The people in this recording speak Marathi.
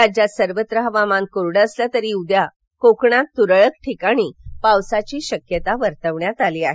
राज्यात सर्वत्र हवामान कोरडं असलं तरी उद्या कोकणात तुरळक ठिकाणी पावसाची शक्यता आहे